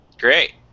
Great